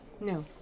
No